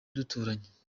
duturanye